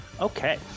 Okay